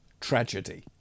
tragedy